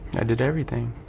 i did everything.